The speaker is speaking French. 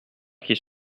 qu’ils